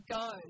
go